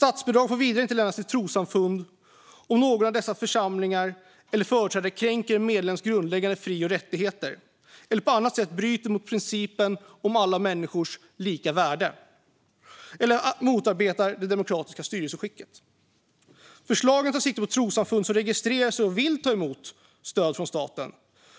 Vidare får statsbidrag inte lämnas till trossamfund om någon av dess församlingar eller företrädare kränker en medlems grundläggande fri och rättigheter eller på annat sätt bryter mot principen om alla människors lika värde eller motarbetar det demokratiska styrelseskicket. Förslaget tar sikte på trossamfund som registrerar sig och vill ta emot stöd från staten,